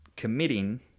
committing